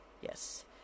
Yes